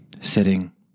sitting